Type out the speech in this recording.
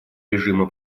режима